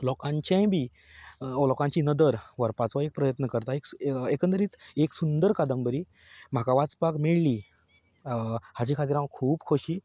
लोकांचेंय ही लोकांची नदर व्हरपाचो एक प्रयत्न करता एकंदरीत एक सुंदर कादंबरी म्हाका वाचपाक मेळ्ळी हाजे खातीर हांव खूब खोशी